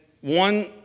one